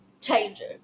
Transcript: changer